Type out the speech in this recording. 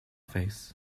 face